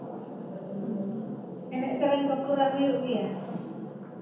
ᱮᱱᱮᱡ ᱥᱮᱨᱮᱧ ᱠᱚ ᱯᱩᱨᱟᱹ ᱦᱩᱭᱩᱜ ᱜᱮᱭᱟ